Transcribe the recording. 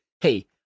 Hey